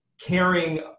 caring